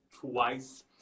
twice